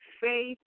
faith